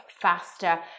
faster